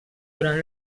durant